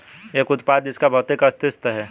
एक उत्पाद जिसका भौतिक अस्तित्व है?